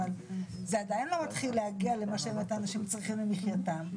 אבל זה עדיין לא מתחיל להגיע למה שאנשים צריכים למחיתם,